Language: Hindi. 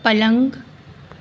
पलंग